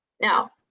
Now